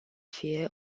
fie